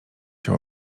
się